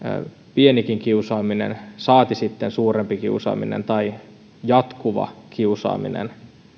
pienikin kiusaaminen saati sitten suurempi kiusaaminen tai jatkuva kiusaaminenhan